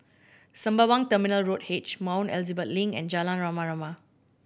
Sembawang Terminal Road H Mount Elizabeth Link and Jalan Rama Rama